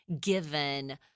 given